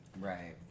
right